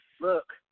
Look